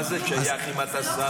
מה זה שייך אם אתה שר?